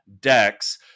decks